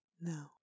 No